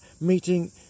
meeting